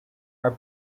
are